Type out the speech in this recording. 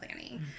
planning